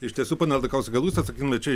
iš tiesų pone aldakauskai gal jūs atsakytumėt čia